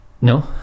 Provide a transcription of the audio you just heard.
No